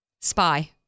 Spy